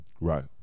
Right